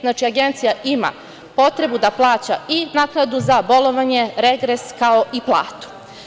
Znači, agencija ima potrebu da plaća i naknadu za bolovanje, regres, kao i platu.